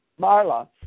Marla